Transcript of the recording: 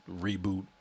reboot